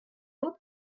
dut